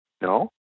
no